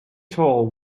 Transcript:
told